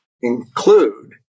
include